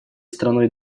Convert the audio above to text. страной